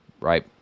right